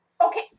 Okay